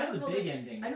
the big ending